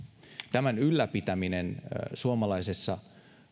tämän ylläpitäminen suomalaisessa